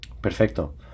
perfecto